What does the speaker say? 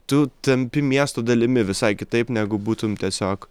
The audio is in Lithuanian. tu tampi miesto dalimi visai kitaip negu būtum tiesiog